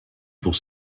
pour